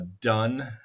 done